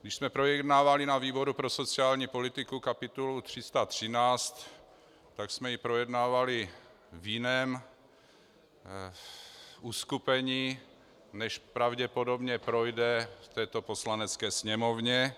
Když jsme projednávali na výboru pro sociální politiku kapitolu číslo 313, tak jsme ji projednávali v jiném uskupení, než pravděpodobně projde v této Poslanecké sněmovně.